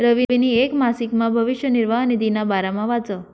रवीनी येक मासिकमा भविष्य निर्वाह निधीना बारामा वाचं